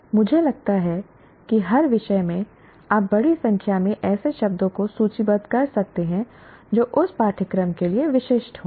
मुझे लगता है कि हर विषय में आप बड़ी संख्या में ऐसे शब्दों को सूचीबद्ध कर सकते हैं जो उस पाठ्यक्रम के लिए विशिष्ट हों